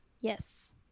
Yes